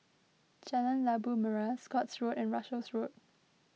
Jalan Labu Merah Scotts Road and Russels Road